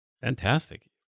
fantastic